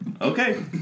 Okay